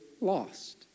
lost